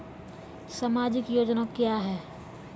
समाजिक योजना क्या हैं?